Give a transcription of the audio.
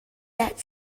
yet